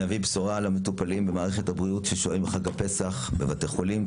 נביא בשורה למטופלים במערכת הבריאות ששוהים בחג הפסח בבתי חולים.